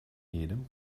jedem